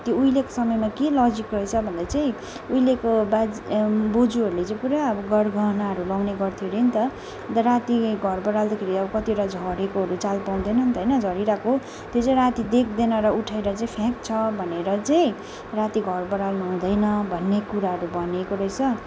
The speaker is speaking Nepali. त्यो उहिलेको समयमा के लजिक रहेछ भन्दा चाहिँ उहिलेको बाजे बोजूहरूले चाहिँ पुरा अब गरगहनाहरू लाउने गर्थ्यो अरे नि त अन्त राति घर बडाल्दाखेरि अब कतिवटा झरेकोहरू चाल पाउँदैन नि त होइन झरिरहेको त्यो चाहिँ राति देख्दैन र उठाएर चाहिँ फ्याँक्छ भनेर चाहिँ राति घर बढाल्नु हुँदैन भन्ने कुराहरू भनिएको रहेछ